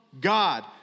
God